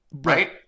right